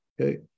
okay